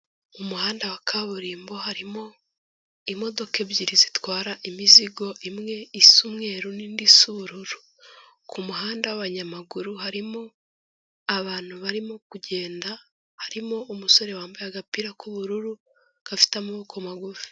Mu muhanda wa kaburimbo harimo imodoka ebyiri zitwara imizigo imwe isa umweru n'indi isa ubururu. Ku muhanda w'abanyamaguru harimo abantu barimo kugenda, harimo umusore wambaye agapira k'ubururu gafite amaboko magufi.